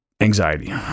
anxiety